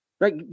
right